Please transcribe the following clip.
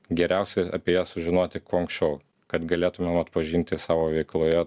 geriausia apie ją sužinoti kuo anksčiau kad galėtumėm atpažinti savo veikloje